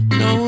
no